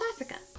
Africa